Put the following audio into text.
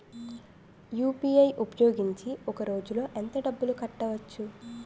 UPI ఉపయోగించి ఒక రోజులో ఎంత డబ్బులు కట్టవచ్చు?